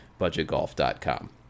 BudgetGolf.com